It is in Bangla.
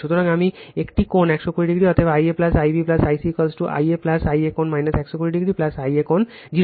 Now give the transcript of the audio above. সুতরাং আমি একটি কোণ 120o অতএব I a I b I c I a I a কোণ 120o I a কোণ 0